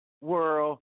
world